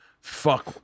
Fuck